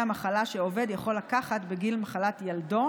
המחלה שעובד יכול לקחת בגין מחלת ילדו,